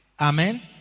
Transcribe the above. Amen